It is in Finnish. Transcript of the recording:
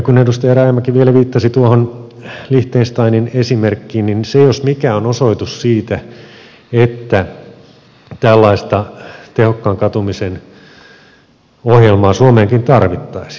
kun edustaja rajamäki vielä viittasi tuohon liechtensteinin esimerkkiin niin se jos mikä on osoitus siitä että tällaista tehokkaan katumisen ohjelmaa suomeenkin tarvittaisiin